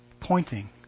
pointing